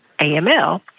AML